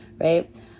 right